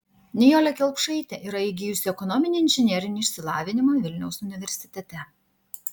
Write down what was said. nijolė kelpšaitė yra įgijusi ekonominį inžinerinį išsilavinimą vilniaus universitete